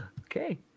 Okay